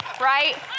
right